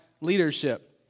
leadership